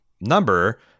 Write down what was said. number